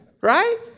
Right